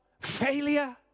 failure